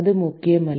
அது முக்கியமில்லை